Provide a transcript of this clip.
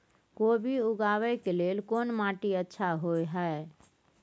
कोबी उगाबै के लेल कोन माटी अच्छा होय है?